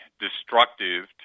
destructive